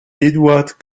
eduard